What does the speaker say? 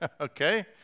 Okay